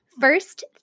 first